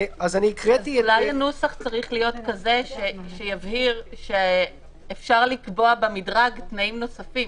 אולי הנוסח צריך להיות כזה שיבהיר שאפשר לקבוע במדרג תנאים נוספים.